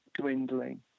dwindling